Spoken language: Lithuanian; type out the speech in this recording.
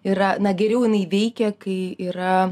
yra na geriau jinai veikia kai yra